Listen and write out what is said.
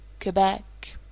Quebec